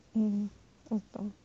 嗯我懂